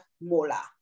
MOLA